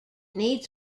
needs